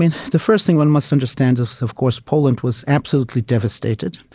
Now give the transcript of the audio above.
and the first thing one must understand is of course poland was absolutely devastated,